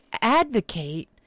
advocate